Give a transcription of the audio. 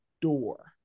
door